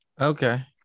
Okay